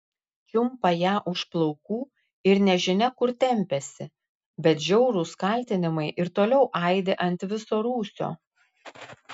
čiumpa ją už plaukų ir nežinia kur tempiasi bet žiaurūs kaltinimai ir toliau aidi ant viso rūsio